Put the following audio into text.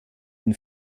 ihn